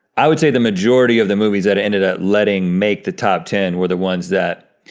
i would say the majority of the movies that ended up letting make the top ten were the ones that,